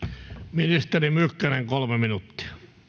ministeri mykkänen kolme minuuttia